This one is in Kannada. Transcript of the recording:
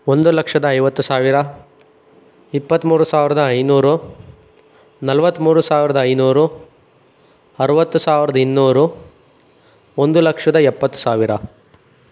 ಒಂದು ಲಕ್ಷದ ಐವತ್ತು ಸಾವಿರ ಇಪ್ಪತ್ತ್ಮೂರು ಸಾವಿರ್ದ ಐನೂರು ನಲವತ್ತ್ಮೂರು ಸಾವಿರ್ದ ಐನೂರು ಅರವತ್ತು ಸಾವಿರ್ದ ಇನ್ನೂರು ಒಂದು ಲಕ್ಷದ ಎಪ್ಪತ್ತು ಸಾವಿರ